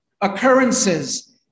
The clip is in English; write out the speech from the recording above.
occurrences